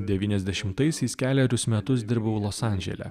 devyniasdešimtaisiais kelerius metus dirbau los andžele